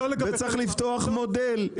וצריך לפתוח מודל.